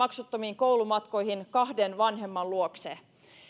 maksuttomiin koulumatkoihin kahden vanhemman luokse